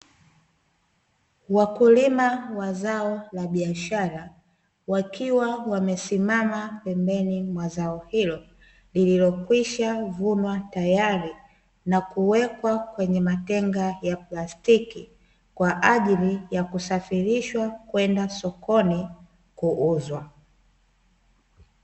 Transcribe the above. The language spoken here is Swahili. Wakulima wa zao la biashara wakiwa wamesimama pembeni mwa zao hilo, lililokwisha vunwa tayari na kuwekwa kwenye matenga ya plastiki, kwa ajili ya kusafirishwa kwenda sokoni kuuzwa.